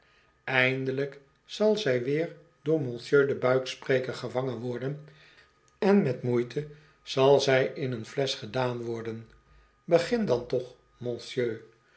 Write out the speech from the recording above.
eindelijk zal zij weer door monsieur den buikspreker gevangen worden en met moeite zal zij in een flesch gedaan worden begin dan toch monsieur